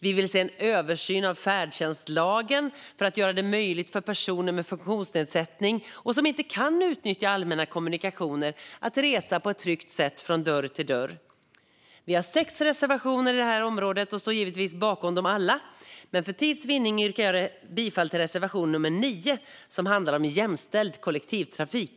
Vi vill se en översyn av färdtjänstlagen för att göra det möjligt för personer med funktionsnedsättning, som inte kan utnyttja allmänna kommunikationer, att resa på ett tryggt sätt från dörr till dörr. Vi har sex reservationer på detta område och står givetvis bakom alla. Men för tids vinnande yrkar jag bifall endast till reservation 9 som handlar om en jämställd kollektivtrafik.